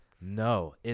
No